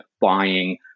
buying